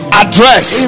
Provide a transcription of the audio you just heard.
address